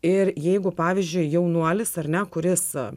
ir jeigu pavyzdžiui jaunuolis ar ne kuris